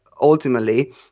ultimately